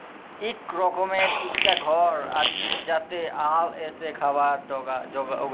ইক রকমের ইকটা ঘর যাতে আল এসে খাবার উগায়